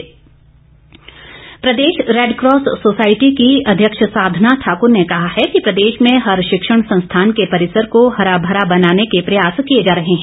Red Cross प्रदेश Red Cross society की अध्यक्ष साधना ठाकूर ने कहा है कि प्रदेश में हर शिक्षण संस्थान के परिसर को हरा भरा बनाने के प्रयास किए जा रहे हैं